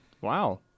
Wow